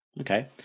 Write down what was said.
okay